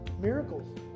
miracles